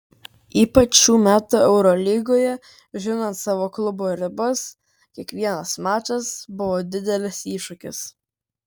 ypač šių metų eurolygoje žinant savo klubo ribas kiekvienas mačas buvo didelis iššūkis